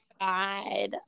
God